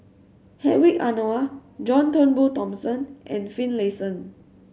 Hedwig Anuar John Turnbull Thomson and Finlayson